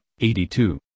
82